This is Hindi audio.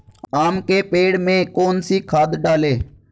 आम के पेड़ में कौन सी खाद डालें?